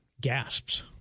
Gasps